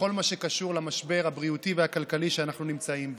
בכל מה שקשור למשבר הבריאותי והכלכלי שאנחנו נמצאים בו.